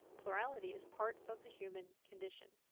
plurality is part of the human condition.